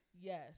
Yes